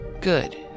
Good